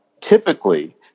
typically